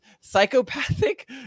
psychopathic